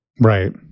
Right